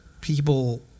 people